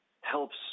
helps